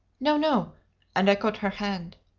no no and i caught her hand.